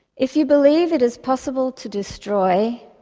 if you believe it is possible to destroy,